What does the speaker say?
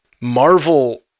Marvel